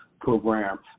program